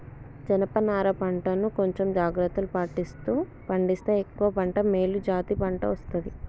జనప నారా పంట ను కొంచెం జాగ్రత్తలు పాటిస్తూ పండిస్తే ఎక్కువ పంట మేలు జాతి పంట వస్తది